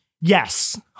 yes